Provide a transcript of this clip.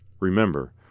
Remember